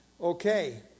Okay